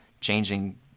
Changing